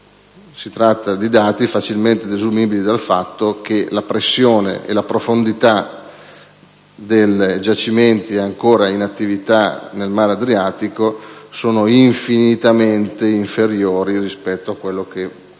Si tratta di dati facilmente desumibili dal fatto che la pressione e la profondità alle quali si trovano i giacimenti ancora in attività nel mare Adriatico sono infinitamente inferiori a quelle